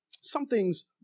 Something's